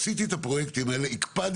וכשעשיתי את הפרויקטים האלה הקפדתי,